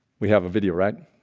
we have a video right?